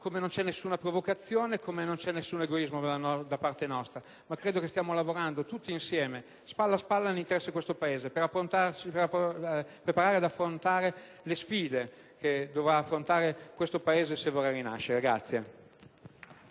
come non c'è nessuna provocazione e nessun egoismo da parte nostra. Stiamo lavorando tutti insieme, spalla a spalla, nell'interesse di questo Paese, per prepararci ad affrontare le sfide che dovrà affrontare questo Paese se vorrà rinascere.